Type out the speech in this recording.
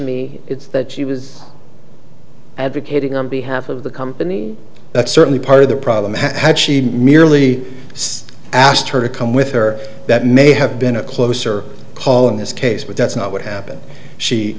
me it's that she was advocating on behalf of the company that's certainly part of the problem had she merely asked her to come with her that may have been a closer call in this case but that's not what happened she